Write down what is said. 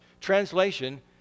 Translation